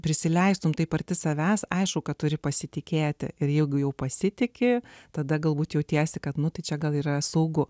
prisileistumei taip arti savęs aišku kad turi pasitikėti ir jeigu jau pasitiki tada galbūt jautiesi kad mudu čia gal yra saugu